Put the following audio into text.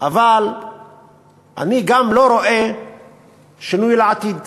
אבל אני גם לא רואה שינוי בעתיד.